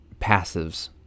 passives